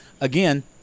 again